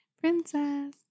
Princess